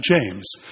James